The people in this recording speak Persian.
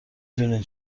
دونین